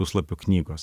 puslapių knygos